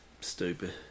stupid